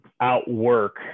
outwork